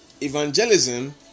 evangelism